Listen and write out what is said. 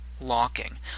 locking